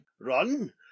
Run